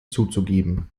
zuzugeben